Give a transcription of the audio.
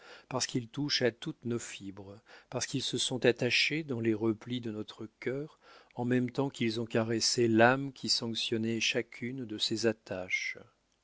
parce qu'ils touchent à toutes nos fibres parce qu'ils se sont attachés dans les replis de notre cœur en même temps qu'ils ont caressé l'âme qui sanctionnait chacune de ces attaches